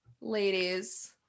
ladies